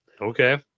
Okay